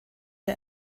der